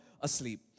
asleep